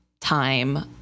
time